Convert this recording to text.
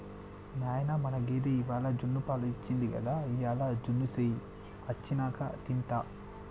నాయనా మన గేదె ఇవ్వాల జున్నుపాలు ఇచ్చింది గదా ఇయ్యాల జున్ను సెయ్యి అచ్చినంక తింటా